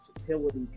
versatility